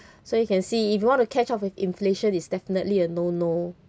so you can see if you want to catch up with inflation it's definitely a no no